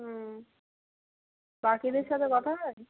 হুম বাকিদের সাথে কথা হয়